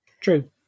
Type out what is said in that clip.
True